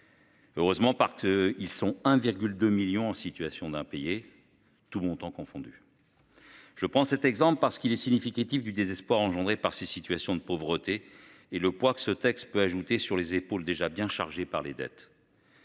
Heureusement parce qu'ils sont 1,2 millions en situation d'impayés. Tout montant confondus. Je prends cet exemple parce qu'il est significatif du désespoir engendré par ces situations de pauvreté et le poids que ce texte peut ajouter sur les épaules déjà bien chargé par les dettes.